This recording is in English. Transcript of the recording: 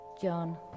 John